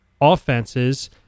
offenses